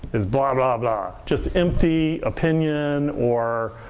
is blah-blah-blah. just empty opinions, or